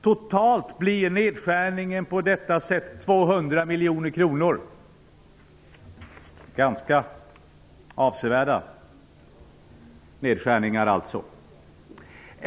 Totalt blir nedskärningen på detta sätt 200 miljoner kronor. Det är alltså fråga om ganska avsevärda nedskärningar.